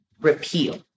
repeal